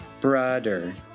Brother